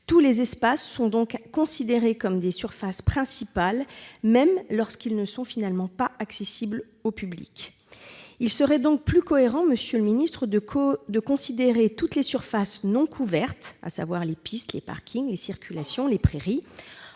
Tous les espaces seraient ainsi considérés comme des surfaces principales, même lorsqu'ils ne sont pas accessibles au public. Il serait donc plus cohérent, monsieur le ministre, d'apprécier toutes les surfaces non couvertes, à savoir les pistes, les parkings, les circulations et les prairies,